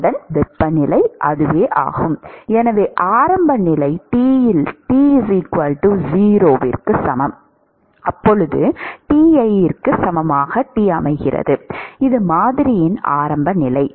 எனவே ஆரம்ப நிலை T இல் t என்பது 0 க்கு சமம் Ti க்கு சமம் இது மாதிரியின் ஆரம்ப நிலை